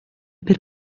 per